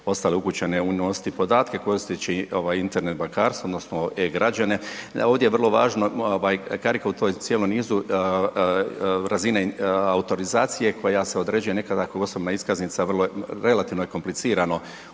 ostale ukućane unositi podatke koristeći Internet bankarstvo odnosno e-Građane, ovdje je vrlo važna karika u tom cijelom nizu razine autorizacije koja se određuje nekada kao osobna iskaznica, relativno je komplicirano